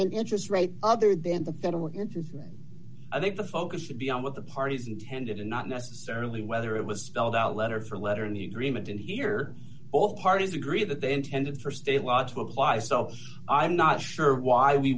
the interest rate other than the federal interest i think the focus should be on what the parties intended and not necessarily whether it was spelled out letter for letter and he remained in here both parties agree that they intended for state law to apply so i'm not sure why we